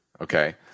okay